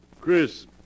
Chris